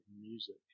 music